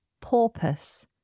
porpoise